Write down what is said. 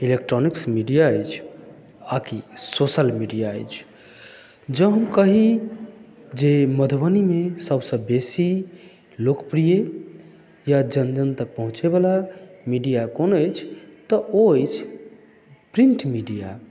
electronics media अछि आकि social media अछि जँ हम कही जे मधुबनीमे सबसँ बेसी लोकप्रिय या जन जन तक पहुँचै वाला मीडिया कोन अछि तऽ ओ अछि प्रिन्ट मीडिया